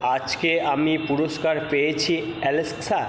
আজকে আমি পুরস্কার পেয়েছি অ্যালেক্সা